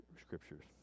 scriptures